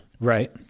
Right